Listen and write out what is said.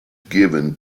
given